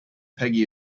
peggy